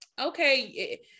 okay